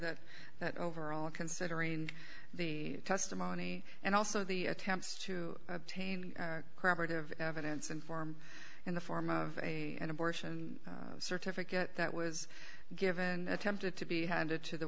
that that overall considering the testimony and also the attempts to obtain credit of evidence and form in the form of a an abortion certificate that was given attempted to be handed to the